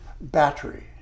battery